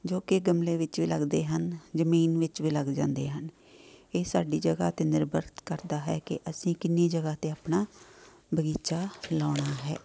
ਜੋ ਕਿ ਗਮਲੇ ਵਿੱਚ ਵੀ ਲੱਗਦੇ ਹਨ ਜਮੀਨ ਵਿੱਚ ਵੀ ਲੱਗ ਜਾਂਦੇ ਹਨ ਇਹ ਸਾਡੀ ਜਗ੍ਹਾ 'ਤੇ ਨਿਰਭਰ ਕਰਦਾ ਹੈ ਕਿ ਅਸੀਂ ਕਿੰਨੀ ਜਗ੍ਹਾ 'ਤੇ ਆਪਣਾ ਬਗੀਚਾ ਲਾਉਣਾ ਹੈ